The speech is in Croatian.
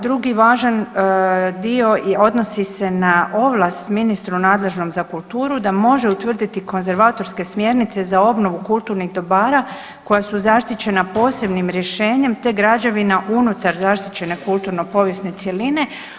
Drugi važan dio odnosi se na ovlast ministru nadležnom za kulturu da može utvrditi konzervatorske smjernice za obnovu kulturnih dobara koja su zaštićena posebnim rješenjem, te građevina unutar zaštićene kulturno povijesne cjeline.